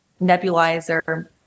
Nebulizer